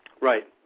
Right